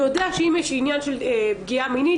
הוא יודע שאם יש עניין של פגיעה מינית,